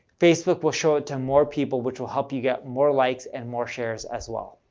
facebook will show it to more people which will help you get more likes and more shares as well.